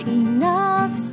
enough